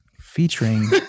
featuring